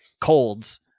colds